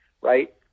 right